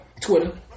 Twitter